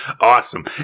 Awesome